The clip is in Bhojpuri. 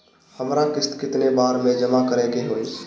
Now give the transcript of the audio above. हमरा किस्त केतना बार में जमा करे के होई?